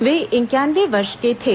वे इंक्यानवे वर्ष के थे